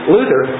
Luther